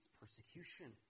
persecution